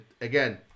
again